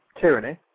tyranny